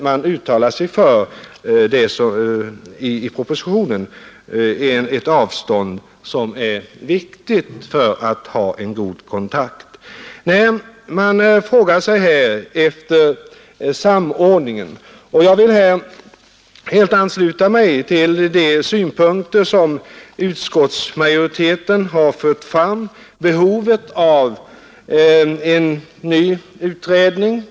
Man frågar här efter samordningen. Jag vill helt ansluta mig till de synpunkter som utskottsmajoriteten har fört fram. I vår motion har vi begärt en ny utredning.